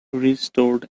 restored